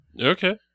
Okay